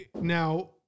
Now